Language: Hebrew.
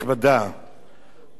כבוד השר, אני מבקש שתשמע אותי.